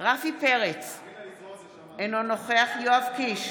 רפי פרץ, אינו נוכח יואב קיש,